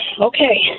Okay